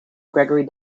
gregory